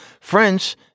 French